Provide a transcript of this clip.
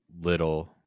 little